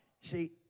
See